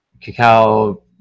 Cacao